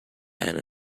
and